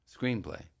screenplay